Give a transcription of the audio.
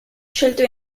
scelto